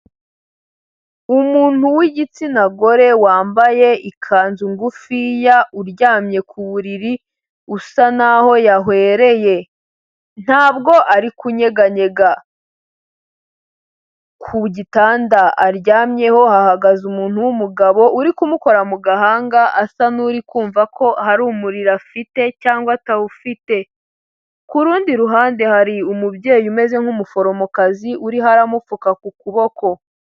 Umuntu w'igitsina gore wambaye ikanzu ngufiya uryamye ku buriri, usa naho yahwereye, ntabwo ari kunyeganyega, ku gitanda aryamyeho hahagaze umuntu w'umugabo uri kumukora mu gahanga asa n'uri kumva ko hari umuriro afite cyangwa atawufite, ku rundi ruhande hari umubyeyi umeze nk'umuforomokazi uriho aramupfuka ku kuboko.